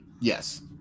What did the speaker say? Yes